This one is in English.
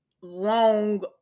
long